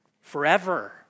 Forever